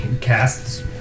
casts